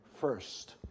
first